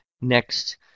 Next